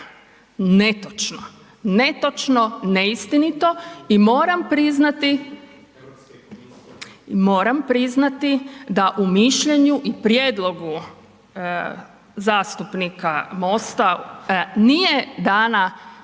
netočno, netočno, neistinito i moram priznati da u mišljenju i prijedlogu zastupnika MOST-a nije dana